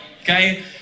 okay